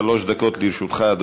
שלוש דקות לרשותך.